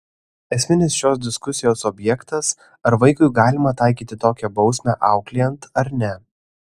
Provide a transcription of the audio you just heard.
esminis šios diskusijos objektas ar vaikui galima taikyti tokią bausmę auklėjant ar ne